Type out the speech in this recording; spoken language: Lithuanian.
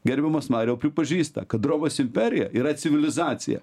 gerbiamas mariau pripažįsta kad romos imperija yra civilizacija